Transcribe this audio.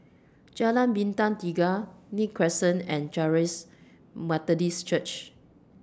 Jalan Bintang Tiga Nim Crescent and Charis Methodist Church